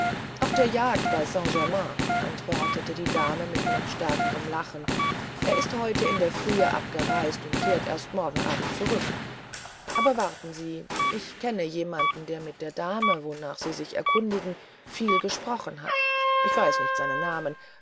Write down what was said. auf der jagd bei saint-germain antwortete die dame mit noch stärkerem lachen er ist heute in der frühe abgereist und kehrt erst morgen abend zurück aber warten sie ich kenne jemanden der mit der dame wonach sie sich erkundigen viel gesprochen hat ich weiß nicht seinen namen